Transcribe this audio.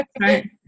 Right